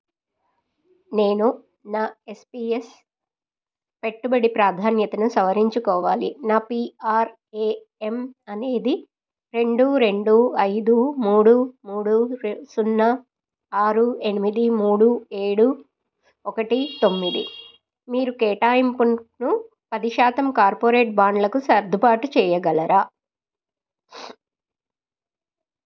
నేను నా ఎస్పీఎస్ పెట్టుబడి ప్రాధాన్యతను సవరించుకోవాలి నా పీ ఆర్ ఏ ఏం అనేది రెండు రెండు ఐదు మూడు మూడు రెండు సున్నా ఆరు ఎనిమిది మూడు ఏడు ఒకటి తొమ్మిది మీరు కేటాయింపును పది శాతం కార్పొరేట్ బాండ్లకు సర్దుబాటు చేయగలరా